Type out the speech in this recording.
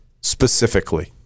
specifically